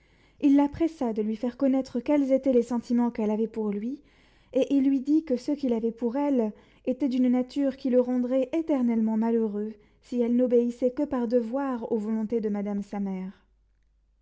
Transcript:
il la pressa de lui faire connaître quels étaient les sentiments qu'elle avait pour lui et il lui dit que ceux qu'il avait pour elle étaient d'une nature qui le rendrait éternellement malheureux si elle n'obéissait que par devoir aux volontés de madame sa mère